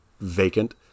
vacant